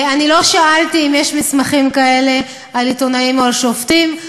אני לא שאלתי אם יש מסמכים כאלה על עיתונאים או על שופטים,